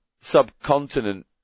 subcontinent